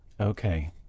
Okay